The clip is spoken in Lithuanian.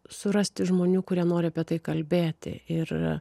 surasti žmonių kurie nori apie tai kalbėti ir